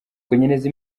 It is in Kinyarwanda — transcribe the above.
kunyereza